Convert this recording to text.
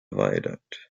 viaduct